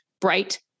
bright